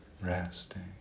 resting